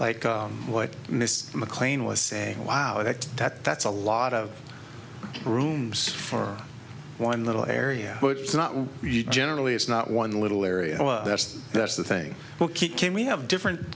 like what mr mclean was saying wow that that that's a lot of room for one little area but it's not generally it's not one little area that's that's the thing we'll keep can we have different